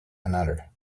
another